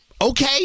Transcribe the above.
okay